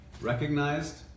recognized